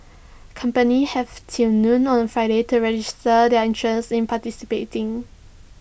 companies have till noon on Friday to register their interest in participating